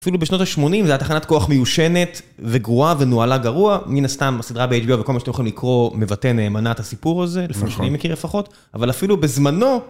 אפילו בשנות ה-80 זה הייתה תחנת כוח מיושנת וגרועה ונוהלה גרוע, מן הסתם הסדרה ב-HBO וכל מה שאתם יכולים לקרוא מבטא נאמנה את הסיפור הזה, לפי מה שאני מכיר לפחות, אבל אפילו בזמנו...